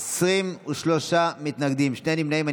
23 מתנגדים, שני נמנעים.